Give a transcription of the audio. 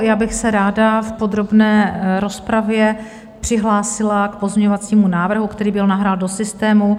Já bych se ráda v podrobné rozpravě přihlásila k pozměňovacímu návrhu, který byl nahrán do systému.